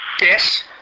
Yes